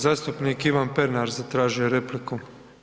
Zastupnik Ivan Pernar zatražio je repliku.